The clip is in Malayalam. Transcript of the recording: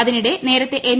അതിനിടെ നേരത്തെ എൻ